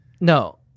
No